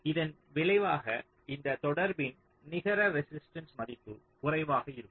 இதன் விளைவாக இந்த தொடர்பின் நிகர ரெசிஸ்டன்ஸ் மதிப்பு குறைவாக இருக்கும்